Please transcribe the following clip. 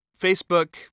Facebook